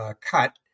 cut